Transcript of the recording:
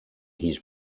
his